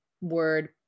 word